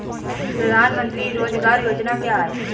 प्रधानमंत्री रोज़गार योजना क्या है?